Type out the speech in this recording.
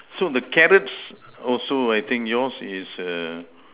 so the carrots also I think yours is err